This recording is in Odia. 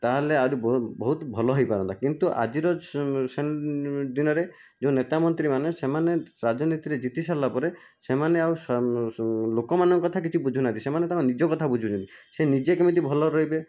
ତାହେଲେ ଆହୁରି ବହୁତ ଭଲ ହେଇପାରନ୍ତା କିନ୍ତୁ ଆଜିର ସେଇ ଦିନରେ ଯେଉଁ ନେତା ମନ୍ତ୍ରୀମାନେ ସେମାନେ ରାଜନୀତିରେ ଜିତି ସାରିଲା ପରେ ସେମାନେ ଆଉ ଲୋକମାନଙ୍କ କଥା କିଛି ବୁଝୁ ନାହାନ୍ତି ସେମାନେ ତାଙ୍କ ନିଜ କଥା ବୁଝୁଛନ୍ତି ସେ ନିଜେ କେମିତି ଭଲରେ ରହିବେ